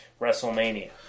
WrestleMania